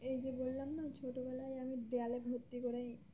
এই যে বললাম না ছোটোবেলায় আমি দেয়ালে ভর্তি করেই